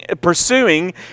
pursuing